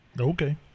Okay